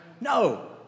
No